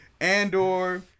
Andor